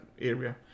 area